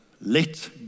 Let